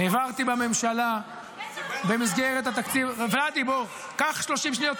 העברתי בממשלה במסגרת התקציב --- לא רפורמה --- איזה רפורמה?